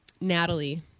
Natalie